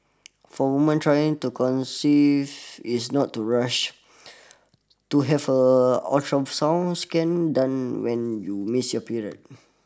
for woman trying to conceive is not to rush to have a ultrasound scan done when you miss your period